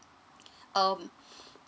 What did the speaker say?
um